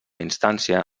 instància